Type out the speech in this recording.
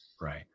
right